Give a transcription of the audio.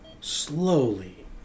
slowly